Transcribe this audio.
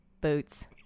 Boots